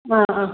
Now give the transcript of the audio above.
അഹ് അഹ്